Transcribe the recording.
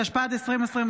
התשפ"ד 2024,